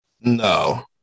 No